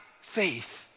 faith